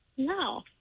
No